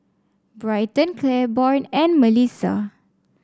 Bryton Claiborne and Melisa